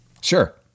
Sure